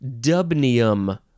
dubnium